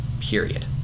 period